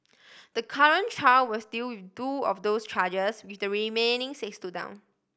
the current trial was deal two of those charges with the remaining six stood down